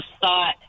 thought